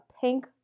pink